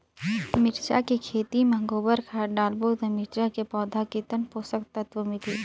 मिरचा के खेती मां गोबर खाद डालबो ता मिरचा के पौधा कितन पोषक तत्व मिलही?